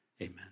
Amen